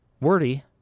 Wordy